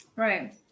Right